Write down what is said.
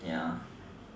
ya